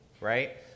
right